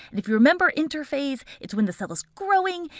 if you remember interphase, it's when the cell is growing,